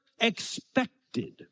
expected